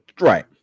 right